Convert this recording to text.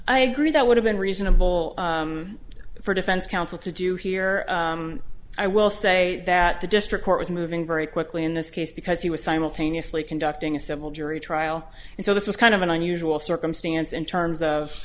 i agree that would have been reasonable for defense counsel to do here i will say that the district court was moving very quickly in this case because he was simultaneously conducting a civil jury trial and so this was kind of an unusual circumstance in terms of